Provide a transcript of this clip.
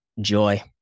Joy